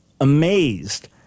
amazed